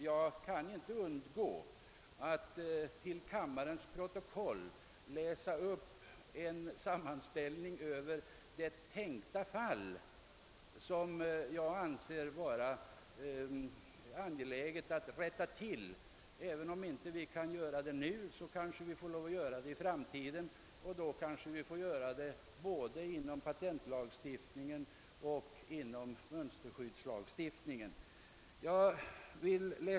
Jag kan inte underlåta att till kammarens protokoll läsa upp en sammanställning över ett tänkt fall av det slag som jag anser det vara angeläget att komma till rätta med — om vi inte kan göra det nu måste vi kanske göra det i framtiden både inom patentoch mönsterskyddslagstiftningen.